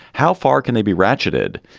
how far can they be ratcheted?